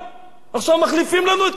עכשיו מחליפים לנו את כל הלשכות.